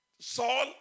Saul